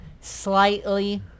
slightly